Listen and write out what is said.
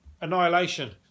Annihilation